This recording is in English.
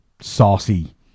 Saucy